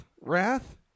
wrath